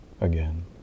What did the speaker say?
again